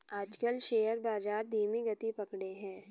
आजकल शेयर बाजार धीमी गति पकड़े हैं